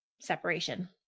separation